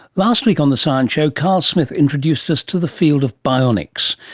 last week on the science show carl smith introduced us to the field of bionics.